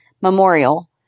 memorial